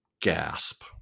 gasp